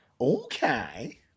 Okay